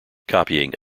copying